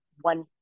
One